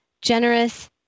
generous